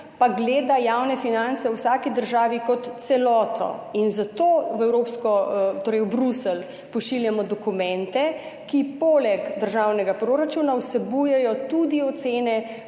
pa gledata javne finance v vsaki državi kot celoto in zato v Bruselj pošiljamo dokumente, ki poleg državnega proračuna vsebujejo tudi ocene,